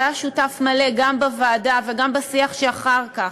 שהיה שותף מלא גם בוועדה וגם בשיח שהיה אחר כך,